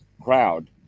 crowd